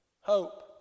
Hope